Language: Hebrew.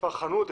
מספר חנות,